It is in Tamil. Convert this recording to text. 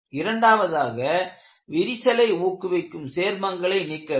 இரண்டாவதாக விரிசலை ஊக்குவிக்கும் சேர்மங்களை நீக்க வேண்டும்